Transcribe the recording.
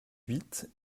huit